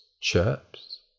Chirps